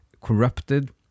corrupted